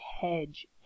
hedge